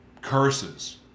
curses